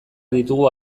ditugu